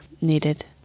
needed